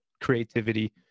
creativity